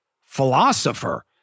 philosopher